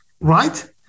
right